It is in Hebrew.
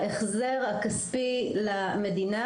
זה את ההחזר הכספי למדינה,